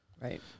Right